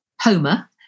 Homer